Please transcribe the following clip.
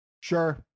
Sure